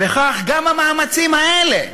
וכך גם המאמצים האלה